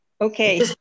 Okay